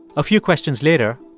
a few questions later.